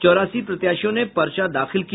चौरासी प्रत्याशियों ने पर्चा दाखिल किया